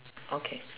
okay